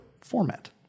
format